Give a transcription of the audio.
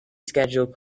schedule